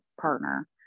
partner